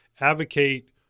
advocate